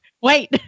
wait